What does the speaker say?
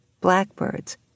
blackbirds